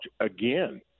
again